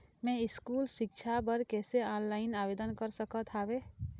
मैं स्कूल सिक्छा बर कैसे ऑनलाइन आवेदन कर सकत हावे?